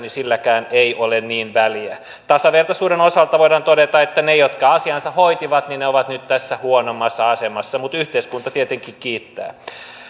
silläkään ei ole niin väliä tasavertaisuuden osalta voidaan todeta että ne jotka asiansa hoitivat ovat nyt tässä huonommassa asemassa mutta yhteiskunta tietenkin kiittää